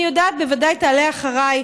אני יודעת שבוודאי תעלה אחרי,